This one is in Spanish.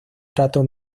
trato